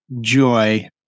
joy